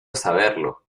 saberlo